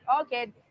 Okay